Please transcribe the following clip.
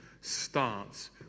starts